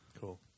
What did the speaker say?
Cool